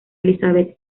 elizabeth